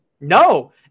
No